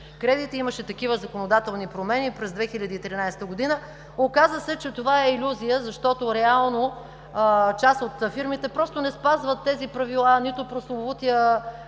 кредити. Имаше такива законодателни промени през 2013 г. Оказа се, че това е илюзия, защото реално част от фирмите просто не спазват тези правила, нито прословутия